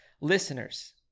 listeners